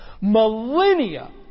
millennia